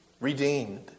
Redeemed